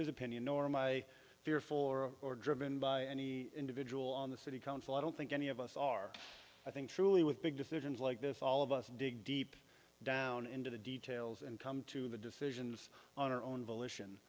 his opinion nor my fear for or driven by any individual on the city council i don't think any of us are i think truly with big decisions like this all of us dig deep down into the details and come to the decisions on our own volition